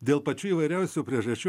dėl pačių įvairiausių priežasčių